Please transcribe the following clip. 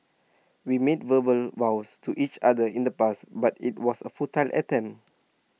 we made verbal vows to each other in the past but IT was A futile attempt